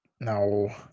No